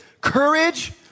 Courage